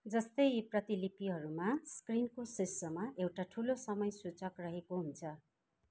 जस्तै यी प्रतिलिपिहरूमा स्क्रिनको शीर्षमा एउटा ठुलो समय सूचक रहेको हुन्छ